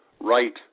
right